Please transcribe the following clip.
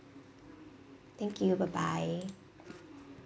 thank you bye bye